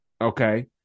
okay